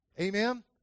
Amen